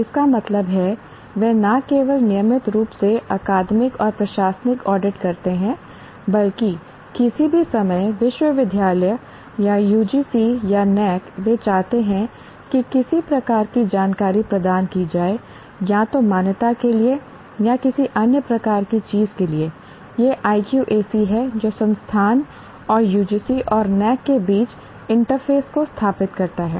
इसका मतलब है वे न केवल नियमित रूप से अकादमिक और प्रशासनिक ऑडिट करते हैं बल्कि किसी भी समय विश्वविद्यालय या UGC या NAAC वे चाहते हैं कि किसी प्रकार की जानकारी प्रदान की जाए या तो मान्यता के लिए या किसी अन्य प्रकार की चीज़ के लिए यह IQAC है जो संस्थान और UGC और NAAC के बीच इंटरफेस को स्थापित करता है